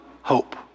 Hope